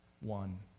one